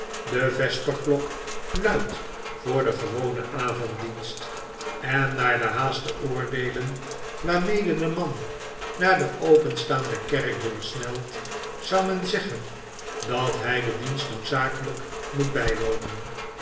de vesperklok luidt voor den gewonen avonddienst en naar de haast te oordeelen waarmede de man naar de openstaande kerkdeur snelt zou men zeggen dat hy den dienst noodzakelijk moet bywonen